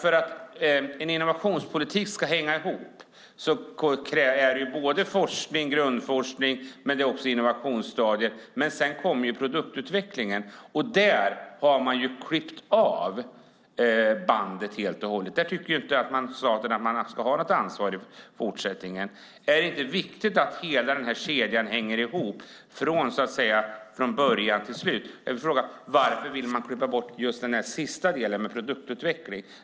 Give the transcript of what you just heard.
För att en innovationspolitik ska hänga ihop krävs det forskning, grundforskning och innovation, men sedan kommer produktutvecklingen. Där har man klippt av bandet helt och hållet. Där ska staten inte ha något ansvar i fortsättningen. Är det inte viktigt att hela den här kedjan hänger ihop från början till slut? Varför vill man klippa bort den sista delen, produktutveckling?